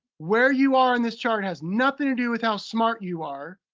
where you are in this chart has nothing to do with how smart you are,